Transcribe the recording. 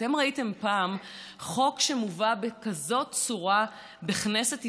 אתם ראיתם פעם חוק שמובא בצורה כזאת בכנסת ישראל?